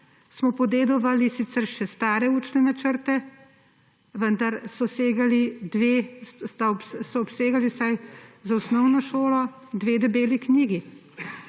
smo podedovali sicer še stare učne načrte, vendar so obsegali vsaj za osnovno šolo dve debeli knjigi.